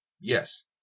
yes